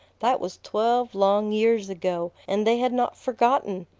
that was twelve long years ago, and they had not forgotten!